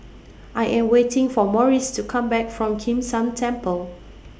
I Am waiting For Maurice to Come Back from Kim San Temple